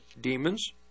demons